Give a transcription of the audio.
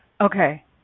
Okay